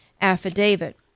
affidavit